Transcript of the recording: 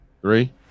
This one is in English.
three